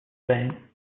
spain